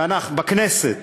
בכנסת,